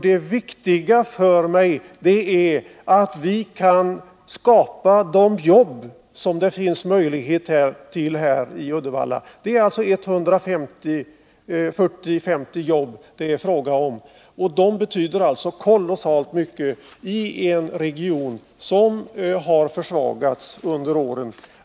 Det viktiga för mig är att vi kan skapa de jobb i Uddevalla som det här finns möjlighet till. Det är fråga om 140-150 jobb, och de betyder kolossalt mycket i en region som under åren har försvagats.